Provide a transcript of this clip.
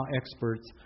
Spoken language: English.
experts